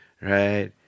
right